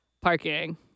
parking